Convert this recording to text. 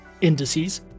indices